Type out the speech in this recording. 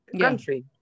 country